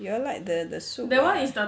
you all like the the soup